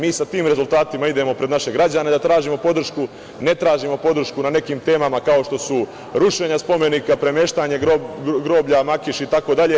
Mi sa tim rezultatima idemo pred naše građane, da ne tražimo podršku na nekim temama kao što su rušenje spomenika, premeštanje groblja Makiš itd.